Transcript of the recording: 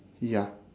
ya